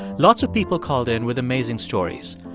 lots of people called in with amazing stories.